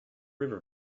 river